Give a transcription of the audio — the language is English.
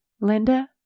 Linda